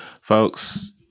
Folks